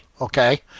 okay